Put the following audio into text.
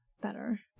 better